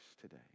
today